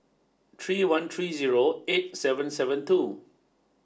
three one three zero eight seven seven two